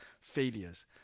failures